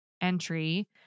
entry